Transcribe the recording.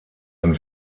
ein